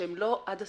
שהם לא עד הסוף,